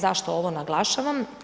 Zašto ovo naglašavam?